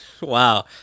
wow